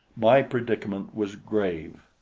my predicament was grave.